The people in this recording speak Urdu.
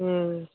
ہاں